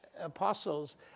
apostles